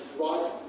right